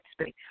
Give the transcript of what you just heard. space